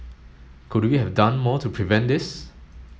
could we have done more to prevent this